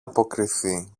αποκριθεί